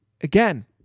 Again